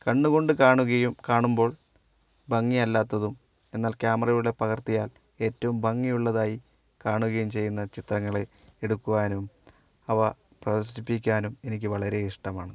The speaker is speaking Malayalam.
കണ്ണുകൊണ്ട് കാണുകയും കാണുമ്പോൾ ഭംഗിയല്ലാത്തതും എന്നാൽ ക്യാമറയിലൂടെ പകർത്തിയാൽ ഏറ്റവും ഭംഗിയുള്ളതായി കാണുകയും ചെയ്യുന്ന ചിത്രങ്ങളെ എടുക്കുവാനും അവ പ്രദർശിപ്പിക്കാനും എനിക്ക് വളരെ ഇഷ്ടമാണ്